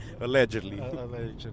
Allegedly